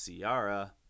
Ciara